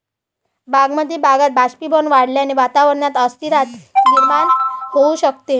बागायती भागात बाष्पीभवन वाढल्याने वातावरणात अस्थिरता निर्माण होऊ शकते